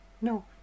No